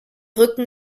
rücken